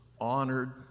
honored